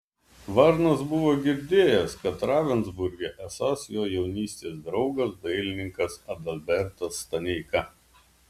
varnas buvo girdėjęs kad ravensburge esąs jo jaunystės draugas dailininkas adalbertas staneika